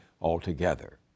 altogether